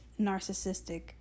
narcissistic